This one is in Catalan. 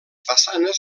façanes